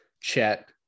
Chet